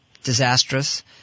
Disastrous